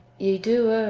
ye do err,